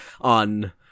on